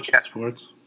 sports